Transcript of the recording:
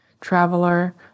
traveler